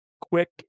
quick